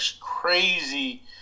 crazy